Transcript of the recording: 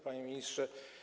Panie Ministrze!